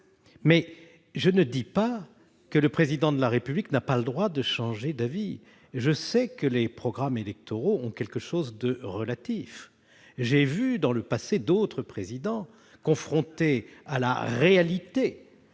? Je ne dis pas que le Président de la République n'a pas le droit de changer d'avis, et je sais que les programmes électoraux ont quelque chose de relatif. J'ai vu par le passé d'autres présidents, confrontés à la réalité